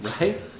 right